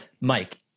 Mike